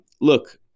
look